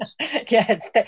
Yes